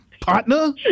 partner